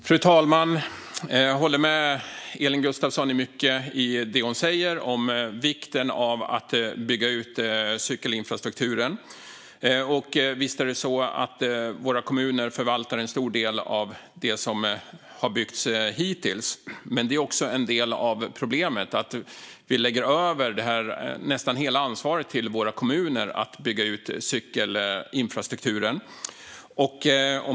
Fru talman! Jag håller med om mycket av det som Elin Gustafsson säger om vikten av att bygga ut cykelinfrastrukturen. Visst förvaltar kommunerna en stor del av det som har byggts hittills. Men det är också en del av problemet. Vi lägger över nästan hela ansvaret på kommunerna att bygga ut cykelinfrastrukturen.